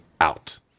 out